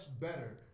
better